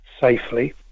safely